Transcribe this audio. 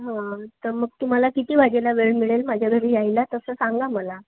हां तर मग तुम्हाला किती वाजेला वेळ मिळेल माझ्या घरी यायला तसं सांगा मला